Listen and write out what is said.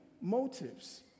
motives